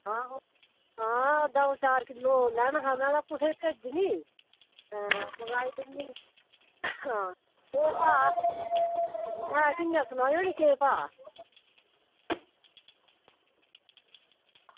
आहो आं दौं चार किलो लैना हा में कुसै गी भेजनी आं ओह् हा एह् कियां सनायो नी केह् भाव